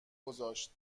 گذاشت